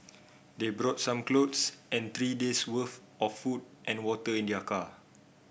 they brought some clothes and three days' worth of food and water in their car